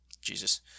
Jesus